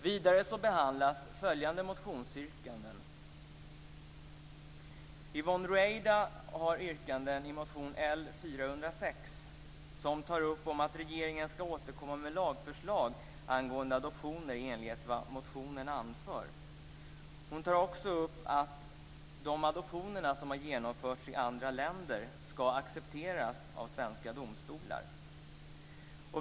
Vidare behandlas följande motionsyrkanden: Yvonne Ruwaida har yrkanden i motion L406 som tar upp att regeringen ska återkomma med lagförslag angående adoptioner i enlighet med vad som i motionen anförs. Hon tar också upp att de adoptioner som har genomförts i andra länder ska accepteras av svenska domstolar.